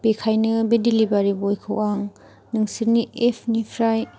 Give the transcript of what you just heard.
बेखायनो बे डेलिभारि बयखौ आं नोंसोरनि एपनिफ्राय